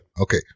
Okay